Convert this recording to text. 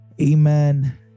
amen